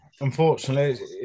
Unfortunately